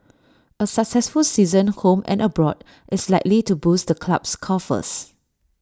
A successful season home and abroad is likely to boost the club's coffers